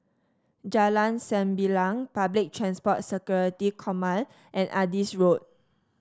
Jalan Sembilang Public Transport Security Command and Adis Road